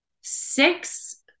six